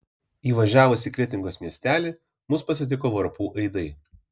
įvažiavus į kretingos miestelį mus pasitiko varpų aidai